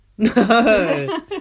No